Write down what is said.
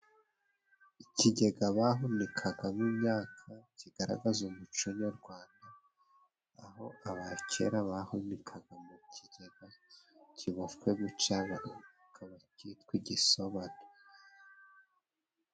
Ikigega bahunikagamo imyaka kigaragaza umuco nyarwanda, aho abakera bahunikaga mu kigega kiboshwe guca cikaba kitwa igisobane.